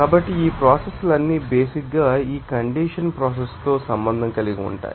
కాబట్టి ఈప్రోసెస్ లన్నీ బేసిక్ ంగా ఈ కండెన్సషన్ ప్రోసెస్ తో సంబంధం కలిగి ఉంటాయి